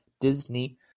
Disney